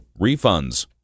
refunds